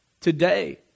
Today